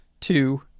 two